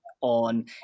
on